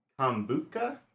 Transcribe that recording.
kombucha